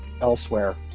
elsewhere